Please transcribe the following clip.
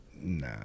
Nah